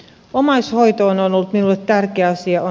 omaishoito on ollut minulle tärkeä asia